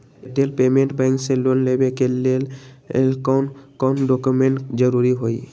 Airtel payments bank से loan लेवे के ले कौन कौन डॉक्यूमेंट जरुरी होइ?